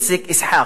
איציק זה יסחק.